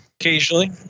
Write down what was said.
Occasionally